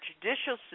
judicial